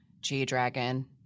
G-Dragon